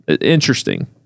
Interesting